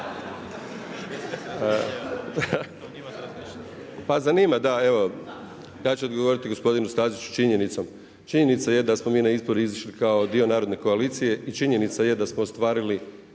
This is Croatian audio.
Pa zanima, da evo ja ću odgovoriti gospodinu Staziću činjenicom. Činjenica je da smo mi na izbore izišli kao dio Narodne koalicije i činjenica je da smo ostvarili